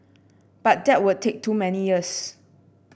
but that would take too many years